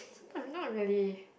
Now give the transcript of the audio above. but not really